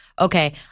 okay